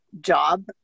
job